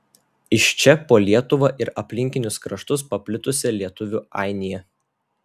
iš čia po lietuvą ir aplinkinius kraštus paplitusi lietuvių ainija